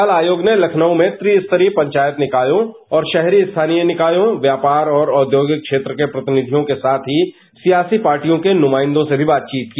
कल आयोग ने लखनऊ में त्रिस्तरीय पंचायत निकायों और शहरी स्थानीय निकायों व्यापार और औघोगिक क्षेत्र के प्रतिनिधियों के साथ ही सियासी पार्टियों के नुमाइदों से भी बातचीत की